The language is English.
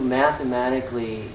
mathematically